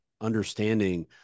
Understanding